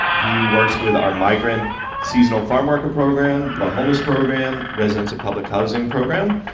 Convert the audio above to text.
he works with our migrant seasonal farmworker program, the homeless program, residents of public housing program,